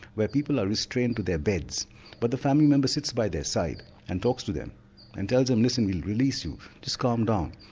where people are restrained to their beds but the family member sits by their side and talks to them and tells them listen we'll release you just calm down.